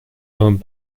owned